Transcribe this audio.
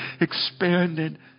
expanded